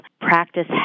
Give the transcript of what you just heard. practice